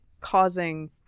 causing